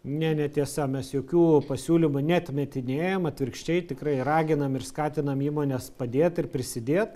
ne netiesa mes jokių pasiūlymų neatmetinėjam atvirkščiai tikrai raginam ir skatinam įmones padėt ir prisidėt